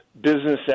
business